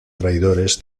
traidores